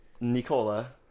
Nicola